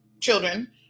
children